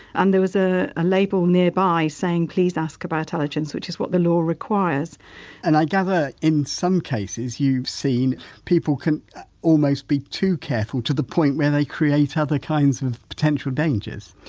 and there was a ah label nearby saying please ask about allergens, which is what the law requires and i gather in some cases you've seen people can almost be too careful, to the point where they create other kinds of potential dangers?